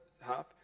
half